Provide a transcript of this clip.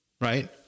right